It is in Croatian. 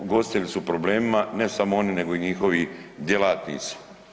Ugostitelji su u problemima, ne samo oni nego i njihovi djelatnici.